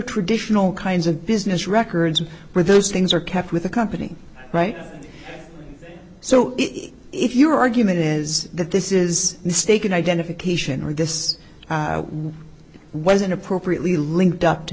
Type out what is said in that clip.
traditional kinds of business records where those things are kept with a company right so if your argument is that this is mistaken identification or this was an appropriately linked up to